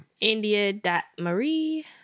India.Marie